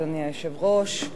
אדוני היושב-ראש,